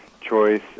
choice